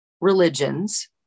religions